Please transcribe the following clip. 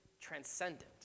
transcendent